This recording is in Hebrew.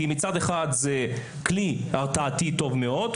כי מצד אחד זה כלי הרתעתי טוב מאוד,